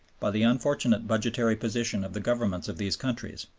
by the unfortunate budgetary position of the governments of these countries.